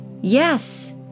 Yes